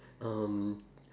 um